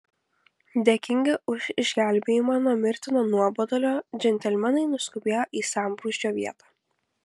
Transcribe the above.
dėkingi už išgelbėjimą nuo mirtino nuobodulio džentelmenai nuskubėjo į sambrūzdžio vietą